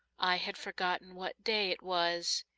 i had forgotten what day it was.